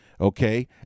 Okay